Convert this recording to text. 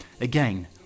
again